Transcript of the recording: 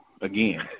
again –